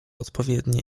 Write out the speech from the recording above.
odpowiednie